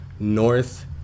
North